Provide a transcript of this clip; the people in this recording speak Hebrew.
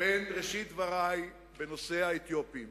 בין ראשית דברי בנושא האתיופים